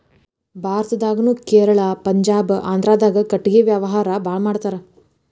ಭಾರತದಾಗುನು ಕೇರಳಾ ಪಂಜಾಬ ಆಂದ್ರಾದಾಗ ಕಟಗಿ ವ್ಯಾವಾರಾ ಬಾಳ ಮಾಡತಾರ